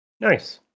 Nice